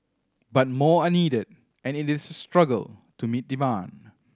but more are needed and it is a struggle to meet demand